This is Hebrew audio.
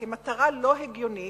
כמטרה לא הגיונית,